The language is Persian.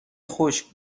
خشک